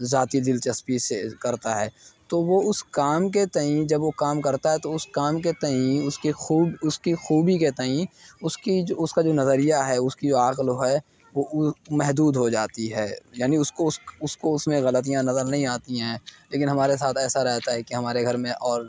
ذاتی دلچسپی سے كرتا ہے تو وہ اُس كام كے تئیں جب وہ كام كرتا ہے تو اُس كام كے تئیں اُس كی خوب اُس كی خوبی كے تئیں اُس كی جو اُس كا جو نظریہ ہے اُس كی جو عقل ہے وہ محدود ہو جاتی ہے یعنی اُس كو اُس كو اُس میں غلطیاں نظر نہیں آتی ہیں لیکن ہمارے ساتھ ایسا رہتا ہے کہ ہمارے گھر میں اور